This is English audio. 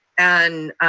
and